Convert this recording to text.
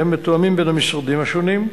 והם מתואמים בין המשרדים השונים.